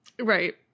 Right